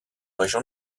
région